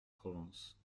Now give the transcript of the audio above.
provence